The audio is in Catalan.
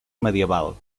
medieval